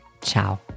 Ciao